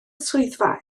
swyddfa